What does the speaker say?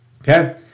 okay